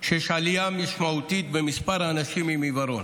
שיש עלייה משמעותית במספר האנשים עם עיוורון.